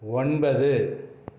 ஒன்பது